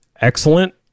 excellent